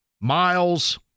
Miles